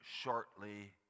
shortly